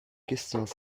questions